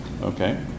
okay